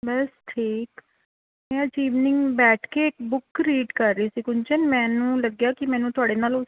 ਬਸ ਠੀਕ ਮੈਂ ਅੱਜ ਈਵਿੰਗ ਬੈਠ ਕੇ ਬੁੱਕ ਰੀਡ ਕਰ ਰਹੀ ਸੀ ਗੂੰਜਨ ਮੈਨੰ ਲੱਗਿਆ ਕਿ ਮੈਨੂੰ ਤੁਹਾਡੇ ਨਾਲ